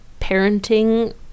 parenting